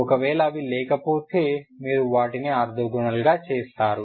ఒకవేళ అవి లేకపోతే మీరు వాటిని ఆర్తోగోనల్గా చేస్తారు